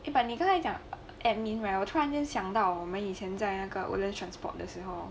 but 你现在讲 admin ah 我突然间想到我们以前在那个 woodlands transport 的时候